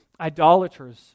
idolaters